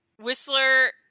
Whistler